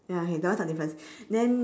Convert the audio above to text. ya okay that one's not a difference then